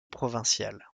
provinciale